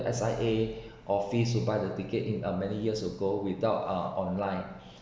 S_I_A office to buy the ticket in a many years ago without uh online